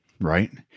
right